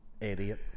Idiot